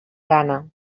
gana